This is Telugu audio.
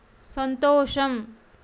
సంతోషం